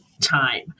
time